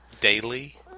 daily